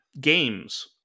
games